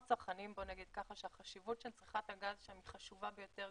צרכנים שהחשיבות של צריכת הגז שם היא גדולה ביותר,